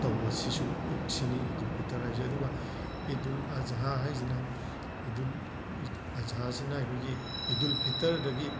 ꯇꯧꯕ ꯁꯤꯁꯨ ꯁꯤꯅꯤ ꯏꯗꯨꯜ ꯐꯤꯇꯔ ꯍꯥꯏꯁꯦ ꯑꯗꯨꯒ ꯏꯗꯨꯜ ꯑꯓꯥ ꯍꯥꯏꯁꯤꯅ ꯏꯗꯨꯜ ꯑꯓꯥꯁꯤꯅ ꯑꯩꯈꯣꯏꯒꯤ ꯏꯗꯨꯜ ꯐꯤꯇꯔꯗꯒꯤ